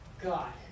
God